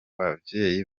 bavyeyi